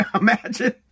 imagine